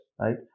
right